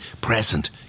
present